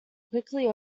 quickly